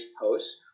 posts